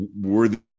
worthy